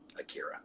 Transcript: Akira